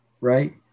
right